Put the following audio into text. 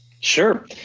Sure